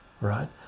right